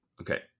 Okay